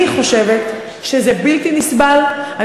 אני חושבת שזה בלתי נסבל.